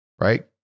Right